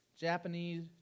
Japanese